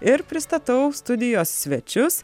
ir pristatau studijos svečius